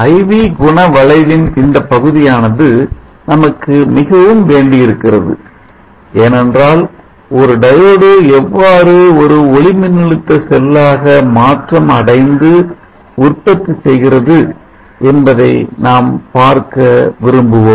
I V I V குண வளைவின் இந்த பகுதியானது நமக்கு மிகவும் வேண்டியிருக்கிறது ஏனென்றால் ஒரு டயோடு எவ்வாறு ஒரு ஒளிமின்னழுத்த செல்லாக மாற்றம் அடைந்து உற்பத்தி செய்கிறது என்பதை நாம் பார்க்க விரும்புவோம்